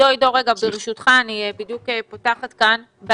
אני בדיוק פותחת את זה.